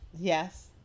Yes